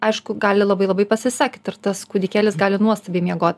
aišku gali labai labai pasisekt ir tas kūdikėlis gali nuostabiai miegot